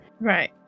Right